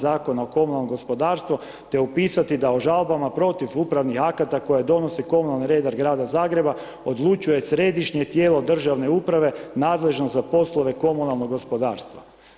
Zakona o komunalnom gospodarstvu, te upisati da o žalbama protiv upravnih akata, koje donosi komunalni redar Grada Zagreba odlučuje središnje tijelo državne uprave nadležno za poslove komunalnog gospodarstva.